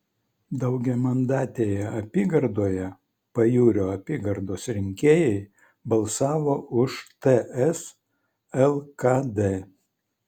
daugiamandatėje apygardoje pajūrio apygardos rinkėjai balsavo už ts lkd